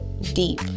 deep